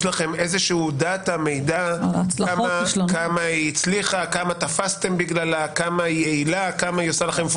יש לכם מידע כמה היא הצליחה, כמה יעילה, כמה מטעה,